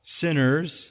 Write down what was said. sinners